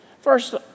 First